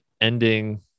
Ending